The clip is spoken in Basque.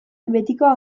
betikoa